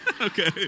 Okay